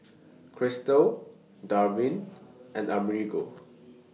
Christel Darvin and Amerigo